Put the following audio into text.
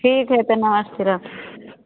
ठीक हइ तऽ नमस्कार